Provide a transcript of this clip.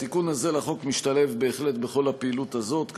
התיקון הזה לחוק משתלב בהחלט בכל הפעילות הזאת,